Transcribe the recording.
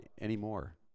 anymore